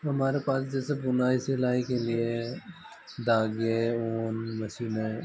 हमारे पास जैसे बुनाई सिलाई के लिए धागे हैं मशीन है